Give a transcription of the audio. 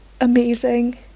amazing